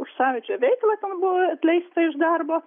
už sąjūdžio veiklą ten buvau atleista iš darbo